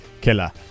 killer